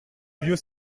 vieux